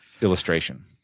illustration